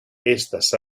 estas